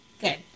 good